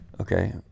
okay